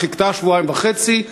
היא חיכתה שבועיים וחצי.